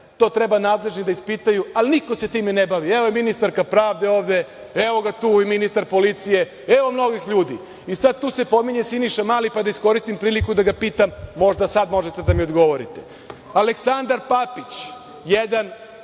To treba nadležni da ispitaju, ali niko se time ne bavi. Evo je ministarka pravde ovde, evo ga tu i ministar policije, evo mnogih ljudi. Tu se sad pominje Siniša Mali, pa da iskoristim priliku da ga pitam, možda sad možete da mi odgovorite. Aleksandar Papić, jedan